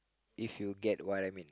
if you get what I mean